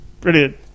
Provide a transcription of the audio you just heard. brilliant